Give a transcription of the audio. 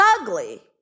ugly